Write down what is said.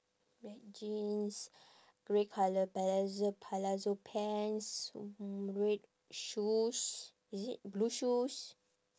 black jeans grey colour palazzo palazzo pants red shoes is it blue shoes